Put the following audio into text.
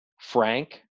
Frank